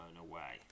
away